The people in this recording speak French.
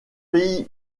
pays